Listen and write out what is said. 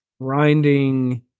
...grinding